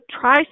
try